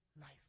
life